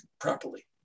properly